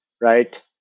right